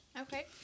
Okay